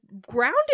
grounded